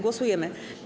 Głosujemy.